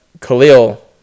Khalil